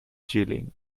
chilling